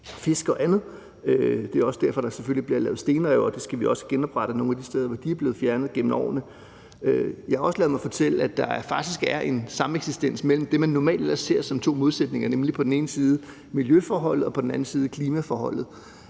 fisk og andet. Det er også derfor, der selvfølgelig bliver lavet stenrev, og vi skal også have genoprettet nogle af de steder, hvor de er blevet fjernet gennem årene. Jeg har også ladet mig fortælle, at der faktisk er en sameksistens mellem det, man normalt ser som to modsætninger, nemlig på den ene side miljøforholdet og på den anden side klimaforholdet,